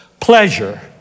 pleasure